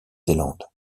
zélande